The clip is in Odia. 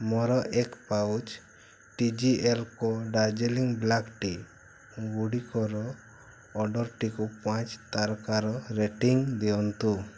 ମୋର ଏକ ପାଉଚ୍ ଟି ଜି ଏଲ୍ କୋ ଦାର୍ଜିଲିଂ ବ୍ଲାକ୍ ଟି ଗୁଡ଼ିକର ଅର୍ଡ଼ର୍ଟିକୁ ପାଞ୍ଚ ତାରକାରେ ରେଟିଙ୍ଗ୍ ଦିଅନ୍ତୁ